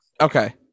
Okay